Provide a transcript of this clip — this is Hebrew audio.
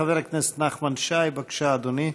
חבר הכנסת נחמן שי, בבקשה, אדוני,